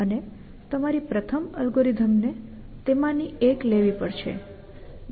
અને તમારી પ્રથમ અલ્ગોરિધમ ને તેમાંની એક લેવી પડશે